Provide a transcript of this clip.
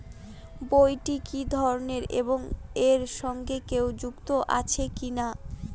বইটি কি ধরনের এবং এর সঙ্গে কেউ যুক্ত আছে কিনা?